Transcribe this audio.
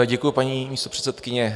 Děkuju, paní místopředsedkyně.